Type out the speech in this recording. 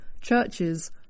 churches